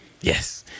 yes